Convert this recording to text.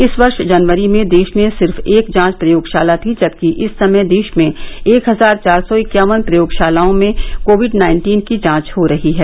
इस वर्ष जनवरी में देश में सिर्फ एक जांच प्रयोगशाला थी जबकि इस समय देश में एक हजार चार सौ इक्यावन प्रयोगशालाओं में कोविड नाइन्टीन की जांच हो रही है